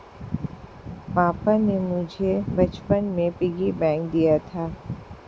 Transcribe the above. पापा ने मुझे बचपन में पिग्गी बैंक दिया था